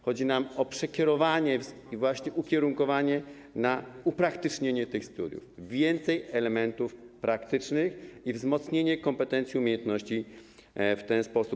Chodzi nam o przekierowanie i ukierunkowanie na upraktycznienie tych studiów, więcej elementów praktycznych i wzmocnienie kompetencji i umiejętności w ten sposób.